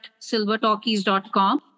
SilverTalkies.com